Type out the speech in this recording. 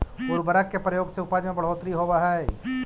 उर्वरक के प्रयोग से उपज में बढ़ोत्तरी होवऽ हई